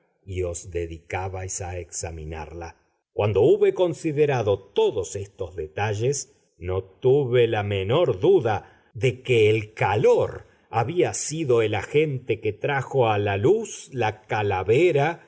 os dedicabais a examinarla cuando hube considerado todos estos detalles no tuve la menor duda de que el calor había sido el agente que trajo a luz la calavera